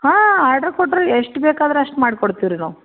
ಹಾಂ ಆರ್ಡ್ರ್ ಕೊಟ್ರೆ ಎಷ್ಟು ಬೇಕಾದ್ರೆ ಅಷ್ಟು ಮಾಡ್ಕೊಡ್ತೀವಿ ರೀ ನಾವು